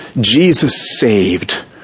Jesus-saved